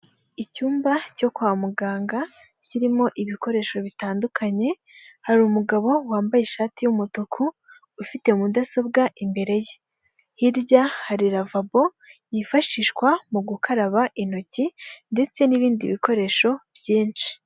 Icyumba cyo kwa muganga kirimo ibikoresho bitandukanye hari umugabo wambaye ishati y'umutuku ufite mudasobwa imbere ye hirya hari lavabo yifashishwa mu gukaraba intoki ndetse n'ibindi bikoresho byinshi.